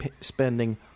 spending